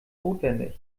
notwendig